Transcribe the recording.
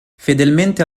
fedelmente